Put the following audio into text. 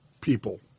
people